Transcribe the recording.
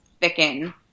thicken